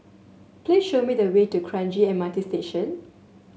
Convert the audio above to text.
please show me the way to Kranji M R T Station